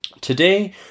Today